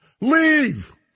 Leave